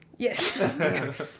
Yes